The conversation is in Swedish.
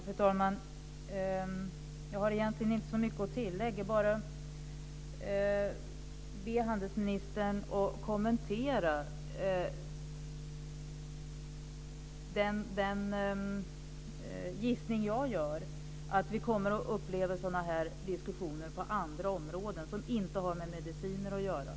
Fru talman! Jag har egentligen inte så mycket att tillägga. Jag vill bara be handelsministern att kommentera den gissning som jag gör, att vi kommer att uppleva sådana här diskussioner på andra områden som inte har med mediciner att göra.